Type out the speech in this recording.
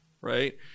Right